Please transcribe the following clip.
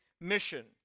mission